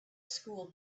school